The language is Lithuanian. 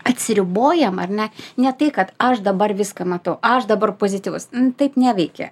atsiribojam ar ne ne tai kad aš dabar viską matau aš dabar pozityvus taip neveikia